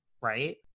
right